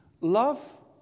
Love